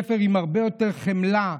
ספר עם הרבה יותר חמלה,